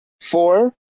four